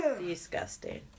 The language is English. disgusting